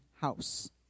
house